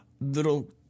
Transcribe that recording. little